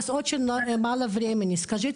(מתרגמת